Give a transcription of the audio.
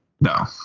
No